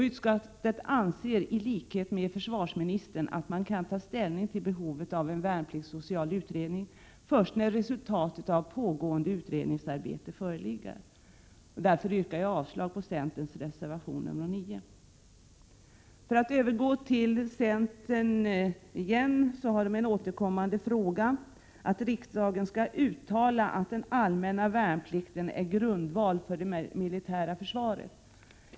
Utskottet anser i likhet med försvarsministern att man kan ta ställning till behovet av en värnpliktssocial utredning först när resultatet av det pågående utredningsarbetet föreligger. Därför yrkar jag avslag på centerns reservation nr 9. För att återgå till centern, så är en återkommande fråga att riksdagen skall uttala att den allmänna värnplikten är grundvalen för det militära försvaret.